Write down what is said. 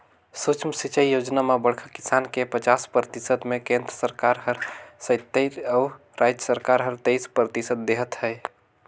सुक्ष्म सिंचई योजना म बड़खा किसान के पचास परतिसत मे केन्द्र सरकार हर सत्तइस अउ राज सरकार हर तेइस परतिसत देहत है